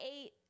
eight